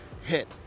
hit